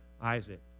Isaac